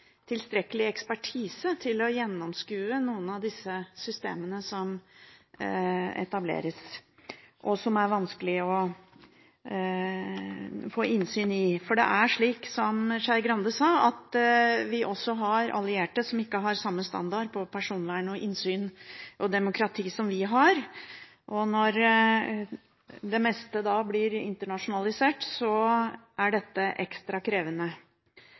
tilstrekkelig ekspertise til å gjennomskue noen av disse systemene som etableres, og som er vanskelige å få innsyn i. For det er slik Skei Grande sa, at vi også har allierte som ikke har samme standard for personvern, innsyn og demokrati som vi har. Når det meste blir internasjonalisert, er dette ekstra krevende.